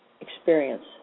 experience